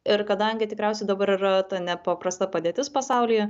ir kadangi tikriausiai dabar yra ta nepaprasta padėtis pasaulyje